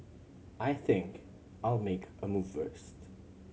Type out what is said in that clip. I think I'll make a move first